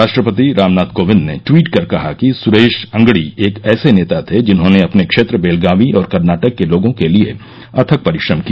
राष्ट्रपति रामनाथ कोविंद ने ट्वीट कर कहा कि सुरेश अंगड़ी एक ऐसे नेता थे जिन्होंने अपने क्षेत्र बेलगावी और कर्नाटक के लोगों के लिए अथक परिश्रम किया